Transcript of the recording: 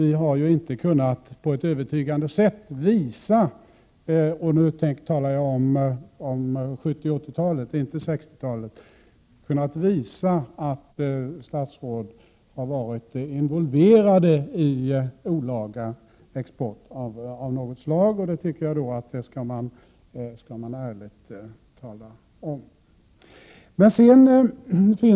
Vi har inte kunnat på ett övertygande sätt visa — nu talar jag om 70 och 80-talen, inte om 60-talet — att statsråd har varit involverade i olaga export av något slag. Det tycker jag att man ärligt skall tala om.